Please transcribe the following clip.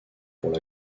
pour